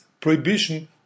prohibition